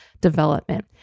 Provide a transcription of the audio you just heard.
development